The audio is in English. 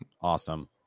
awesome